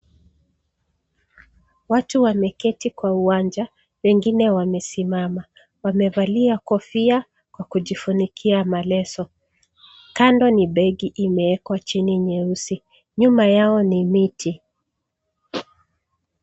Watu wameketi kwa uwanja, wengine wamesimama. Wamevalia kofia kwa kujifunikia maleso. Kando ni begi imeekwa chini nyeusi. Nyuma yao ni miti.